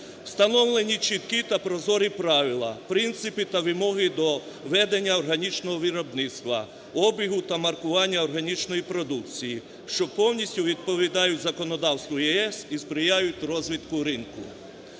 Встановлені чіткі та прозорі правила, принципи та вимоги для ведення органічного виробництва, обігу та маркування органічної продукції, що повністю відповідають законодавству ЄС і сприяють розвитку ринку: